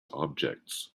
objects